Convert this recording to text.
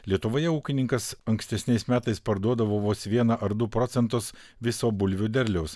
lietuvoje ūkininkas ankstesniais metais parduodavo vos vieną ar du procentus viso bulvių derliaus